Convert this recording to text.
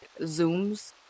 zooms